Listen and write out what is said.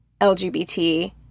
LGBT